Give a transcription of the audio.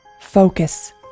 focus